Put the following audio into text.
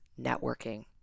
networking